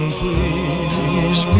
please